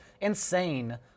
insane